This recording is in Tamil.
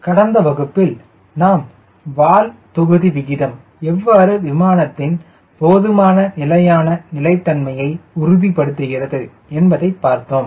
கடந்த வகுப்பில் நாம் வால் தொகுதி விகிதம் எவ்வாறு விமானத்தின் போதுமான நிலையான நிலைத்தன்மையை உறுதிப்படுத்துகிறது என்பதை பார்த்தோம்